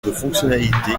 fonctionnalités